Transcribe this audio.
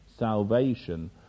salvation